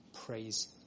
praise